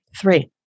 Three